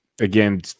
Again